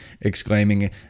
exclaiming